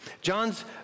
John's